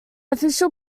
official